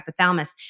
hypothalamus